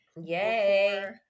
Yay